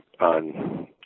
on